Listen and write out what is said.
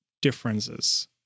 differences